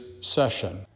session